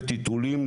לטיטולים,